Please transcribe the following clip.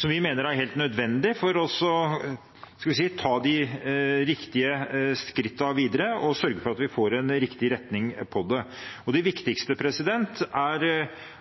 som vi mener er helt nødvendige for å ta de riktige skrittene videre og sørge for at vi får en riktig retning på det. Det viktigste er forslag nr. 1, fra Arbeiderpartiet, Senterpartiet og